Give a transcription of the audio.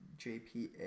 JPA